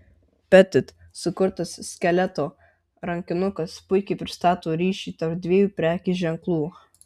petit sukurtas skeleto rankinukas puikiai pristato ryšį tarp dviejų prekės ženklų